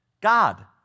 God